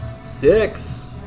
Six